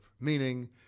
meaning